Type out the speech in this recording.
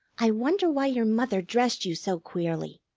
i wonder why your mother dressed you so queerly?